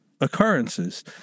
occurrences